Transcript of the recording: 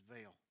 veil